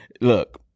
look